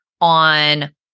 on